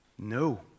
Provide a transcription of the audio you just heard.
No